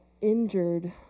injured